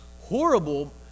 horrible